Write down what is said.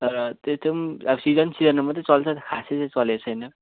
तर त्यो अब सिजन सिजनमा मात्रै चल्छ खासै चाहिँ चलेको छैन